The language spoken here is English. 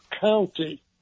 county